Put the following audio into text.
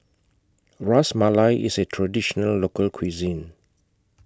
Ras Malai IS A Traditional Local Cuisine